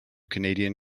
canadian